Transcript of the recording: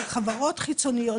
של חברות חיצוניות.